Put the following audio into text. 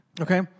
okay